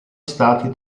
stati